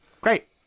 Great